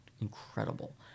incredible